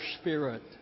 spirit